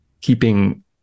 keeping